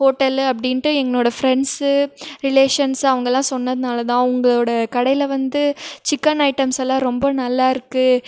hotel அப்படின்ட்டு என்னோடய friends relations அவங்கெல்லாம் சொன்னதுனால் தான் உங்களோடய கடையில் வந்து சிக்கன் ஐட்டம்ஸ் எல்லாம் ரொம்ப நல்லா இருக்குது